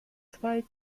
zwei